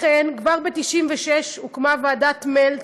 לכן, כבר ב-1996 הוקמה ועדת מלץ,